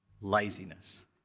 laziness